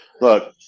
Look